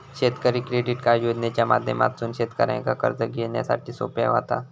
शेतकरी credit card योजनेच्या माध्यमातसून शेतकऱ्यांका कर्ज घेण्यासाठी सोप्या व्हता